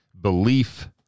belief